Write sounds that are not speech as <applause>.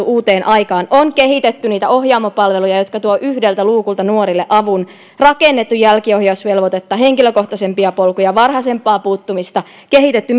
<unintelligible> uuteen aikaan on kehitetty niitä ohjaamo palveluja jotka tuovat yhdeltä luukulta nuorille avun rakennettu jälkiohjausvelvoitetta henkilökohtaisempia polkuja varhaisempaa puuttumista kehitetty <unintelligible>